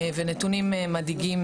ויש עוד נתונים מדאיגים.